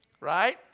Right